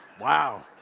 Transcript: Wow